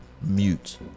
Mute